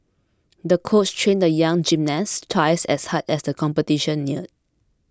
the coach trained the young gymnast twice as hard as the competition neared